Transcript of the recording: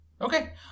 Okay